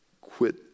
Quit